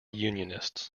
unionists